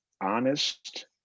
honest